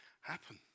happen